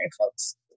folks